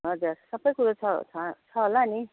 हजुर सबै कुरा छ छ छ होला नि